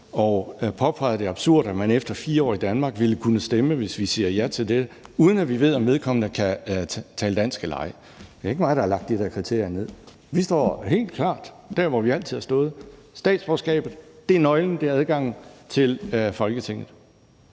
og påpegede det absurde i, at man efter 4 år i Danmark ville kunne stemme, hvis vi siger ja til det forslag, uden at vi ved, om vedkommende kan tale dansk eller ej. Det er ikke mig, der har lagt de der kriterier ned over det. Vi står helt klart der, hvor vi altid har stået. Statsborgerskabet er nøglen og adgangen til Folketinget.